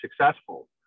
successful